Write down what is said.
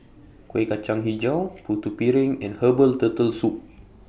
Kueh Kacang Hijau Putu Piring and Herbal Turtle Soup